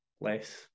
less